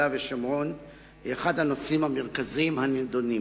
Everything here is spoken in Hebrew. ושומרון היא אחד הנושאים המרכזיים הנדונים.